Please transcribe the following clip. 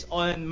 on